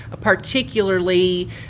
particularly